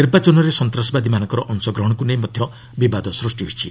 ନିର୍ବାଚନରେ ସନ୍ତାସବାଦୀମାନଙ୍କର ଅଂଶଗ୍ରହଣକୁ ନେଇ ମଧ୍ୟ ବିବାଦ ସୃଷ୍ଟି ହୋଇଛି